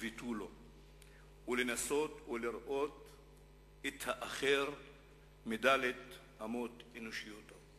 ותו-לא ולנסות ולראות את האחר מד' אמות אנושיות.